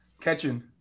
Catching